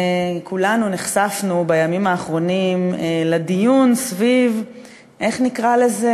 כולנו נחשפנו בימים האחרונים לדיון סביב איך נקרא לזה?